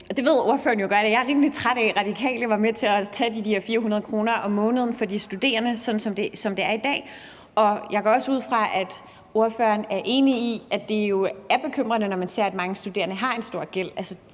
ved jo godt, at jeg er rimelig træt af, at Radikale var med til at tage 400 kr. om måneden fra de studerende, sådan som det er i dag, og jeg går også ud fra, at ordføreren er enig i, at det jo er bekymrende, når man ser, at mange studerende har en stor gæld.